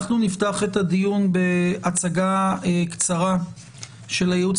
אנחנו נפתח את הדיון בהצגה קצרה של הייעוץ